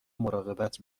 مراقبت